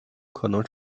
可能